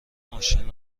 ماشین